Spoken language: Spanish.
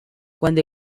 cuando